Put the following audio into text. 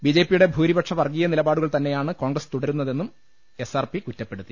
B J പിയുടെ ഭൂരിപക്ഷ വർഗ്ഗീയ നിലപാ ടുകൾ തന്നെയാണ് കോൺഗ്രസ് തുടരുന്നതെന്നും എസ് ആർ പി കുറ്റപ്പെടുത്തി